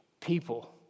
People